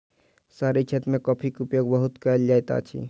शहरी क्षेत्र मे कॉफ़ीक उपयोग बहुत कयल जाइत अछि